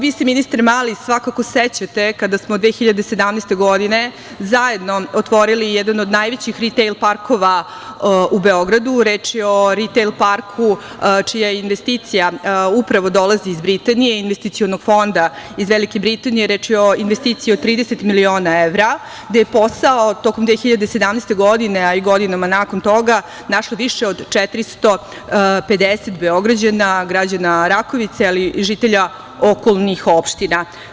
Vi ste ministre Mali svakako sećate kada smo 2017. godine zajedno otvorili jedan od najvećih ritejl parkova u Beogradu, reč je o ritejl parku čija je investicija upravo dolazi iz Britanije, investicionog fonda iz Velike Britanije, reč je o investiciji od 30 miliona evra, gde je posao tokom 2017. godine, a i godinama nakon toga našlo više od 450 Beograđana, građana Rakovice, ali i žitelja okolnih opština.